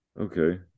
Okay